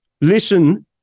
listen